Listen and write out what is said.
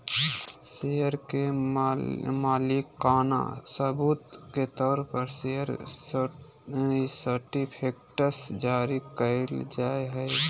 share के मालिकाना सबूत के तौर पर शेयर सर्टिफिकेट्स जारी कइल जाय हइ